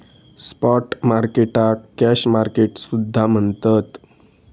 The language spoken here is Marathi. स्पॉट मार्केटाक कॅश मार्केट सुद्धा म्हणतत